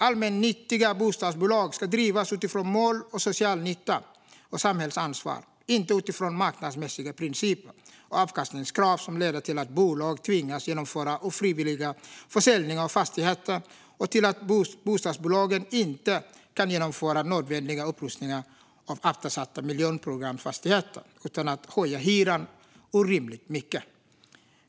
Allmännyttiga bostadsbolag ska drivas utifrån mål om social nytta och samhällsansvar, inte utifrån marknadsmässiga principer och avkastningskrav som leder till att bolag tvingas genomföra ofrivilliga försäljningar av fastigheter och till att bostadsbolagen inte kan genomföra nödvändiga upprustningar av eftersatta miljonprogramsfastigheter utan att höja hyrorna orimligt mycket.